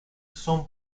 son